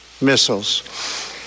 missiles